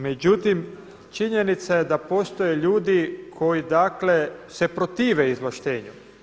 Međutim, činjenica je da postoje ljudi koji dakle se protive izvlaštenju.